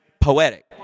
poetic